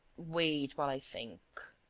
wait, while i think.